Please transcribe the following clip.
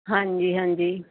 ਹਾਂਜੀ ਹਾਂਜੀ